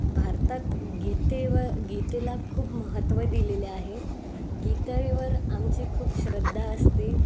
भारतात गीतेवर गीतेला खूप महत्त्व दिलेले आहे गीतेवर आमची खूप श्रद्धा असते